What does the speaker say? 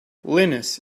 linus